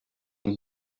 and